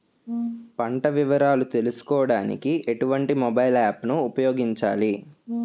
పంట వివరాలు తెలుసుకోడానికి ఎటువంటి మొబైల్ యాప్ ను ఉపయోగించాలి?